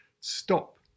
stop